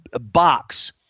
box